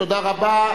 תודה רבה.